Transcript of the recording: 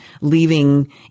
leaving